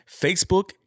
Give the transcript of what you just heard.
Facebook